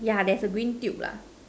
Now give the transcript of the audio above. yeah there's a green tube lah